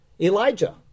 Elijah